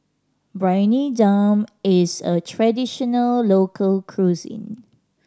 Briyani Dum is a traditional local cuisine